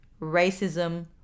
racism